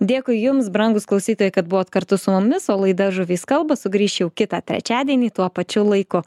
dėkui jums brangūs klausytojai kad buvot kartu su mumis o laida žuvys kalba sugrįš jau kitą trečiadienį tuo pačiu laiku